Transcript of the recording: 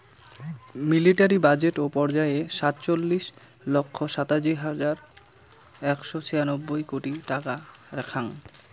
military budget এ পর্যায়ে সাতচল্লিশ লক্ষ সাতাশি হাজার একশো ছিয়ানব্বই কোটি টাকা রাখ্যাং